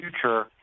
future